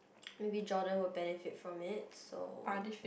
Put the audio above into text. maybe Jordan will benefit from it so